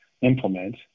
implement